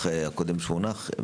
תקנות הקנביס הרפואי שמונחות בפנינו.